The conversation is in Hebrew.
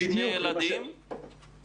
זאת בעיה של אפליה במערכת.